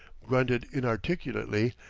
grunted inarticulately,